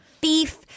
beef